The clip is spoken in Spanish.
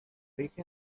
rige